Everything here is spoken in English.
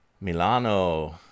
Milano